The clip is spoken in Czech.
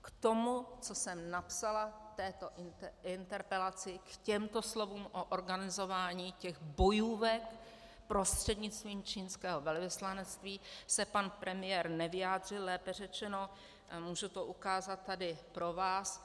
K tomu, co jsem napsala v této interpelaci, k těmto slovům o organizování těch bojůvek prostřednictvím čínského velvyslanectví, se pan premiér nevyjádřil, lépe řečeno, můžu to ukázat tady pro vás .